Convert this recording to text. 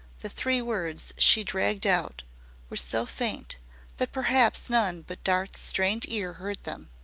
the three words she dragged out were so faint that perhaps none but dart's strained ears heard them.